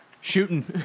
Shooting